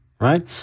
right